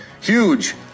Huge